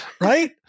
Right